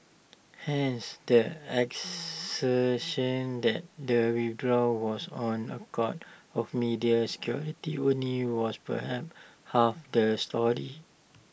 hence the assertion that the withdrawal was on account of media security only was perhaps half the story